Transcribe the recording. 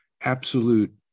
absolute